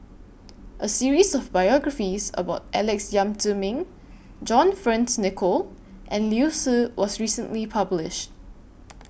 A series of biographies about Alex Yam Ziming John Friends Nicoll and Liu Si was recently published